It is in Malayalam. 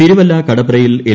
തിരുവല്ല കടപ്രയിൽ എൽ